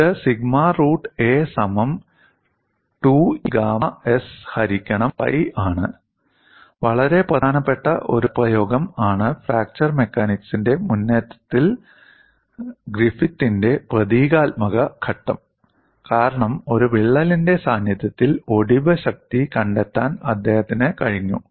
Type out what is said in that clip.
ഇത് sigma root a സമം 2E gamma s ഹരിക്കണം പൈ ആണ് വളരെ പ്രധാനപ്പെട്ട ഒരു പദപ്രയോഗം ആണ് ഫ്രാക്ചർ മെക്കാനിക്സിന്റെ മുന്നേറ്റത്തിൽ ഗ്രിഫിത്തിന്റെ പ്രതീകാത്മക ഘട്ടം കാരണം ഒരു വിള്ളലിന്റെ സാന്നിധ്യത്തിൽ ഒടിവ് ശക്തി കണ്ടെത്താൻ അദ്ദേഹത്തിന് കഴിഞ്ഞു